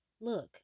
look